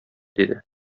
диде